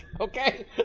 Okay